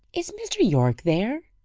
is mr. yorke there?